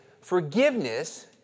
forgiveness